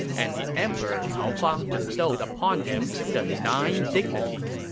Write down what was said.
and the emperor cao fang bestowed upon him the nine dignities,